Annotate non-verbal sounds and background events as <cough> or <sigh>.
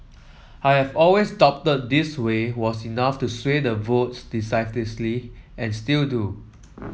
I have always doubted this way was enough to sway the votes <unintelligible> and still do